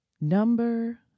Number